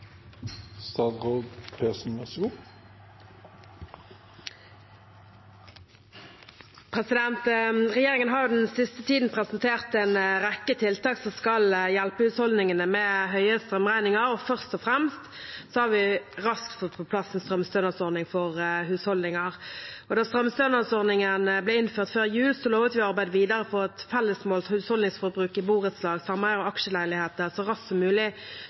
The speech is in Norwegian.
Regjeringen har den siste tiden presentert en rekke tiltak som skal hjelpe husholdningene med høye strømregninger, og først og fremst har vi raskt fått på plass en strømstønadsordning for husholdninger. Da strømstønadsordningen ble innført før jul, lovet vi å arbeide videre for at fellesmålt husholdningsforbruk i borettslag, sameier og aksjeleiligheter så raskt som mulig